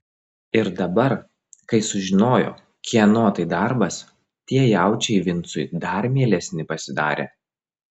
ir dabar kai sužinojo kieno tai darbas tie jaučiai vincui dar mielesni pasidarė